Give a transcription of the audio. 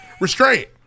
restraint